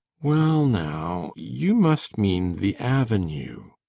well now, you must mean the avenue,